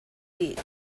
eat